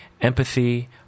empathy